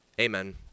Amen